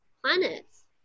planets